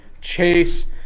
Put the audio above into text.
Chase